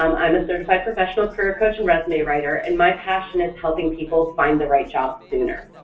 um i'm a certified professional career coach and resume writer, and my passion is helping people find the right job sooner.